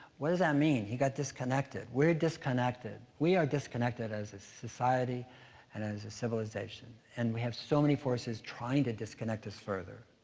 what does that mean? he got disconnected. we're disconnected. we are disconnected as a society and as a civilization, and we have so many forces trying to disconnect us further,